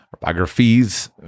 biographies